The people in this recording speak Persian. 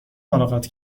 ملاقات